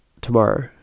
tomorrow